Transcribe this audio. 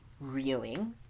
reeling